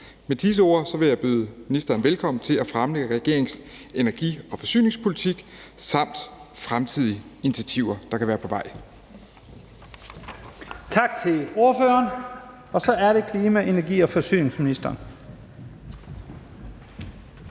Med disse ord vil jeg byde ministeren velkommen til at fremlægge regeringens energi- og forsyningspolitik og fremtidige initiativer, der kan være på vej.